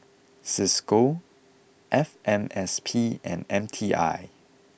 Cisco F M S P and M T I